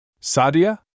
Sadia